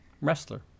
Wrestler